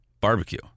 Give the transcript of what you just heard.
barbecue